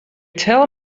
tell